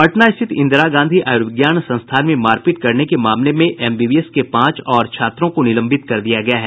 पटना स्थित इंदिरा गांधी आयुर्विज्ञान संस्थान में मारपीट करने के मामले में एमबीबीएस के पांच और छात्रों को निलंबित कर दिया गया है